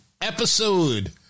episode